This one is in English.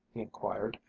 he inquired.